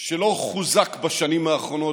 שלא חוזק בשנים האחרונות,